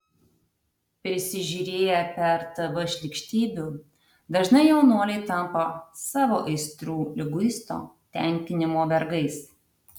prisižiūrėję per tv šlykštybių dažnai jaunuoliai tampa savo aistrų liguisto tenkinimo vergais